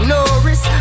Norris